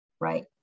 right